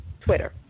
Twitter